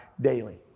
daily